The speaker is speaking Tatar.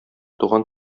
туган